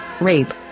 Rape